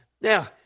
Now